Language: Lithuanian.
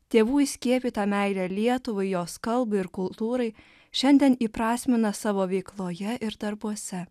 tėvų įskiepytą meilę lietuvai jos kalbai ir kultūrai šiandien įprasmina savo veikloje ir darbuose